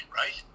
right